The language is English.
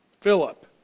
Philip